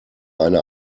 eine